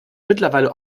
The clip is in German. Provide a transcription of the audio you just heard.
mittlerweile